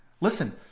Listen